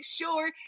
sure